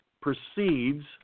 proceeds